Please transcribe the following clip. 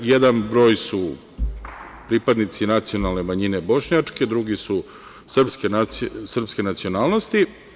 Jedan broj su pripadnici bošnjačke nacionalne manjine, drugi su srpske nacionalnosti.